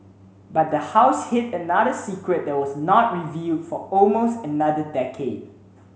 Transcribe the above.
but the house hid another secret that was not revealed for almost another decade